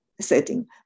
setting